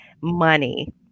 money